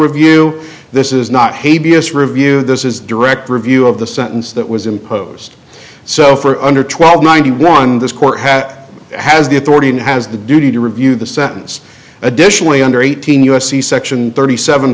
review this is not hey b s review this is direct review of the sentence that was imposed so for under twelve ninety one this court had has the authority and has the duty to review the sentence additionally under eighteen u s c section thirty seven